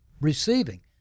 receiving